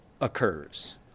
occurs